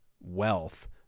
wealth